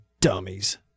Dummies